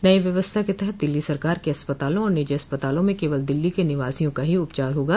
नई व्यवस्था के तहत दिल्ली सरकार के अस्पतालों और निजी अस्पतालों में केवल दिल्ली के निवासियों का ही उपचार होगा